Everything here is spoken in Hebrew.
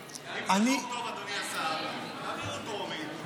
--- אם זה חוק טוב, אדוני השר, תעבירו בטרומית.